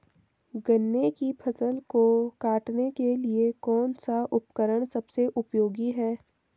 गन्ने की फसल को काटने के लिए कौन सा उपकरण सबसे उपयोगी है?